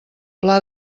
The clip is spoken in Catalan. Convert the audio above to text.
pla